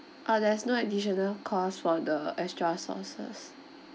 uh there's no additional cost for the extra sauces